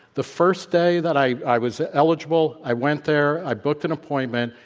the first day that i i was eligible, i went there. i booked an appointment,